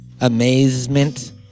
Amazement